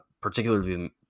particularly